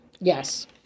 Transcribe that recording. Yes